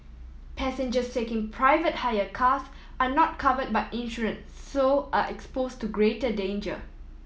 passengers taking private hire cars are not covered by insurance so are expose to greater danger